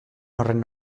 horren